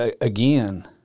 again